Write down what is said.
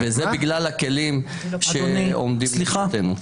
וזה בגלל הכלים שעומדים לרשותנו.